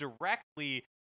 directly